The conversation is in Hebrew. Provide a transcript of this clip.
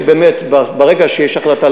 ברגע שיש החלטה,